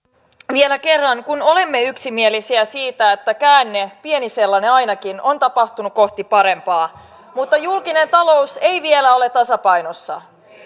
vielä kerran kun olemme yksimielisiä siitä että käänne pieni sellainen ainakin on tapahtunut kohti parempaa mutta julkinen talous ei vielä ole tasapainossa se